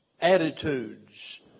attitudes